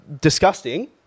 disgusting